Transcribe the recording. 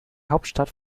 hauptstadt